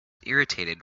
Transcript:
irritated